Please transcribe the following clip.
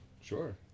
Sure